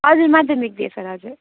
हजुर माध्यमिक दिएँ सर हजुर